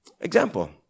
Example